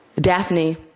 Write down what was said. Daphne